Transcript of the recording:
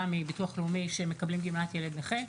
מביטוח לאומי שהם מקבלים גמלת ילד נכה.